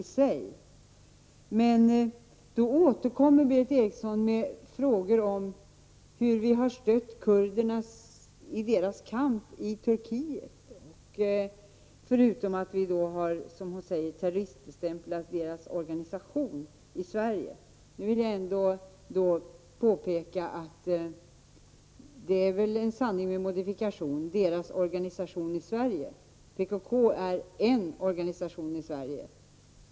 Berith Eriksson återkommer därefter med frågor om hur vi har stött kurderna i deras kamp i Turkiet förutom att vi, som hon säger, har terroriststämplat deras organisation i Sverige. Jag vill påpeka att det senare är en sanning med modifikation. PKK är bara en av kurdernas organisationer i Sverige.